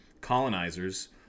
colonizers